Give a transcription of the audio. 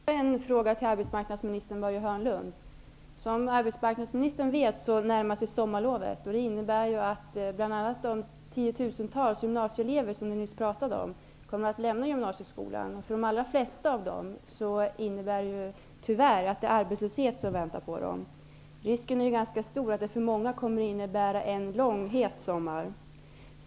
Fru talman! Jag har också en fråga till arbetsmarknadsminister Börje Hörnlund. Som arbetsmarknadsministern vet närmar sig sommarlovet. Det innebär bl.a. att de tiotusentals gymnasieelever som ni nyss pratade om kommer att lämna gymnasieskolan. För de allra flesta av dem innebär detta tyvärr att det är arbetslöshet som väntar på dem. Risken är ganska stor att det för många kommer att bli en lång het sommar.